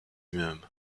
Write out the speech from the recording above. même